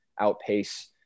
outpace